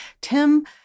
Tim